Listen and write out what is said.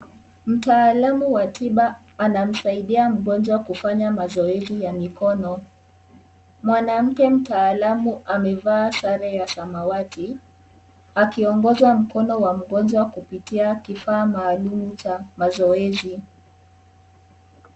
Mtaalamu wa tiba anamsaidia mgonjwa kufanya mazoezi ya mikono. Mwanamke mtaalamu amevaa sare ya samawati akiongoza mkono wa mgonjwa kupitia kifaa maalum cha mazoezi.